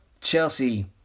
Chelsea